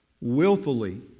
willfully